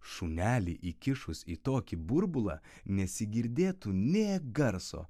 šunelį įkišus į tokį burbulą nesigirdėtų nė garso